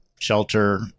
shelter